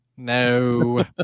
No